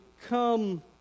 come